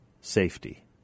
safety